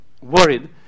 worried